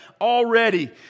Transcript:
already